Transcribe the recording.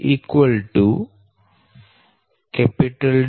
da'b14 D